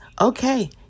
Okay